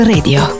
Radio